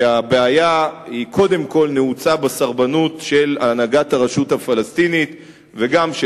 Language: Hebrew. שהבעיה קודם כול נעוצה בסרבנות של הנהגת הרשות הפלסטינית וגם של